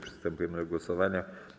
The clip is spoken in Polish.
Przystępujemy do głosowania.